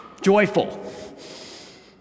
joyful